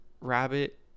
rabbit